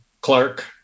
Clark